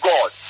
God